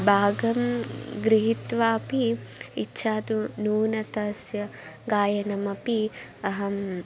भागं गृहीत्वापि इच्छा तु नूनं तस्य गायनमपि अहम्